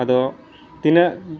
ᱟᱫᱚ ᱛᱤᱱᱟᱹᱜ